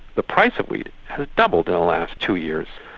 the price of wheat has doubled in the last two years,